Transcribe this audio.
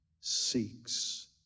seeks